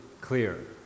clear